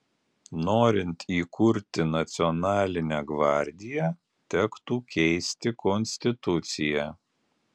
norint įkurti nacionalinę gvardiją tektų keisti konstituciją